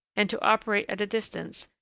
and to operate at a distance,